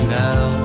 now